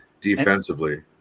defensively